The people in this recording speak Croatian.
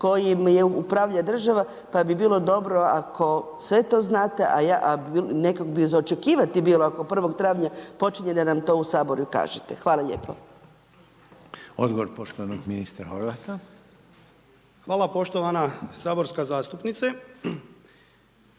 kojim upravlja država, pa bi bilo dobro ako sve to znato, a nekako bi za očekivati bilo ako 1. travnja počinje, da nam to u Saboru i kažete. Hvala lijepo. **Reiner, Željko (HDZ)** Odgovor poštovanog ministra Horvata. **Horvat, Darko (HDZ)** Hvala poštovana saborska zastupnice.